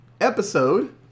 episode